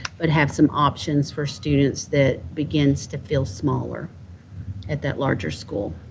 but have some options for students that begins to feel smaller at that larger school.